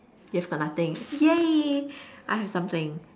you have got nothing !yay! I have something